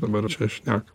dabar čia šnekam